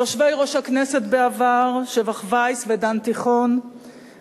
יושבי-ראש הכנסת בעבר שבח וייס ודן תיכון,